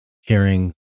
hearing